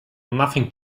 nothing